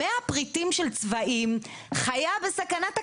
מאה פריטים של צבאים, חיה בסכנת הכחדה,